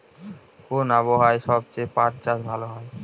কোন আবহাওয়ায় সবচেয়ে পাট চাষ ভালো হয়?